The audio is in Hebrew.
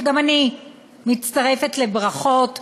שגם אני מצטרפת לברכות חברי,